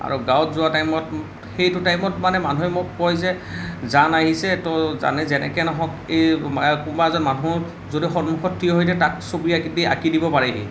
আৰু গাঁৱত যোৱা টাইমত সেইটো টাইমত মানে মানুহে মোক কয় যে জান আহিছে ত' জানে যেনেকে নহওক এই কোনবা এজন মানুহ যদি সন্মুখত ঠিয় হৈ দিয়ে তাক ছবি আঁকি দিব পাৰে সি